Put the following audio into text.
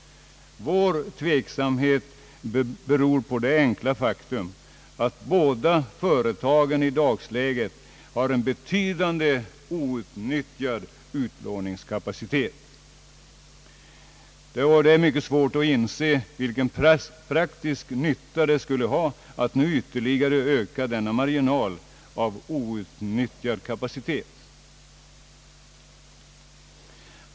Vår tveksamhet beror på det enkla faktum, att båda företagen i dagsläget har en betydande outnyttjad utlåningskapacitet. Det är mycket svårt att inse, vilken praktisk nytta det skulle ha att nu ytterligare öka denna marginal av outnyttjad kapacitet.